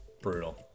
brutal